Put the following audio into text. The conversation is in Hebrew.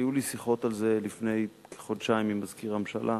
היו לי שיחות על זה לפני כחודשיים עם מזכיר הממשלה,